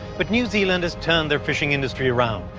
but new zealanders turned their fishing industry around,